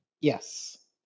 Yes